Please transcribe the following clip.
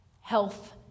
health